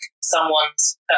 someone's